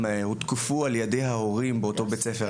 הותקפו על ידי ההורים באותו בית ספר?